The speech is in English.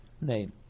name